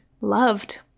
loved